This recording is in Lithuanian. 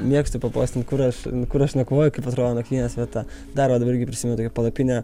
mėgstu papostint kur aš kur aš nakvoju kaip atrodo nakvynės vieta dar va dabar irgi prisimeniau tokią palapinę